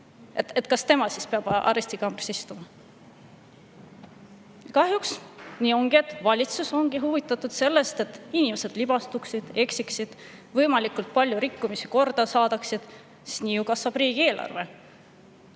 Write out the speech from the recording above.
Kas tema peab arestikambris istuma? Kahjuks nii ongi, et valitsus ongi huvitatud sellest, et inimesed libastuksid, eksiksid, võimalikult palju rikkumisi korda saadaksid, sest nii kasvab riigieelarve.